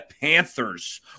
Panthers